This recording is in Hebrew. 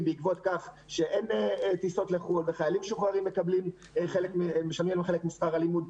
בעקבות כך שאין טיסות לחו"ל וחיילים משוחררים משלמים חלק משכר הלימוד,